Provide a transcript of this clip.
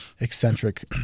Eccentric